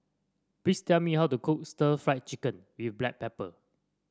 please tell me how to cook Stir Fried Chicken with Black Pepper